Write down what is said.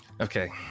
Okay